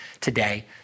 today